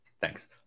Thanks